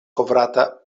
kovrata